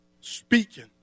speaking